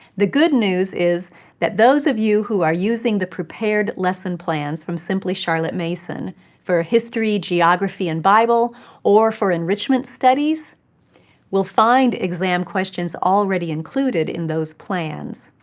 the good news is that those of you who are using the prepared lesson plans from simply charlotte mason for history, geography, and bible or for enrichment studies will find exam questions already included in those plans.